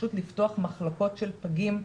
פשוט לפתוח מחלקות של פגים,